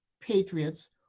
patriots